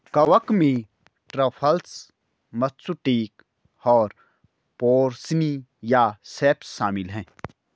कवक में truffles, matsutake और पोर्सिनी या सेप्स शामिल हैं